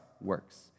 works